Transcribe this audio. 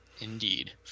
Indeed